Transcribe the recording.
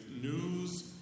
news